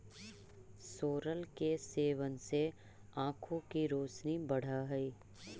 सोरल के सेवन से आंखों की रोशनी बढ़अ हई